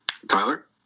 Tyler